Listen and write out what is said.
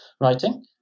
writing